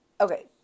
okay